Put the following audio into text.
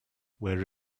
where